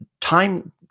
time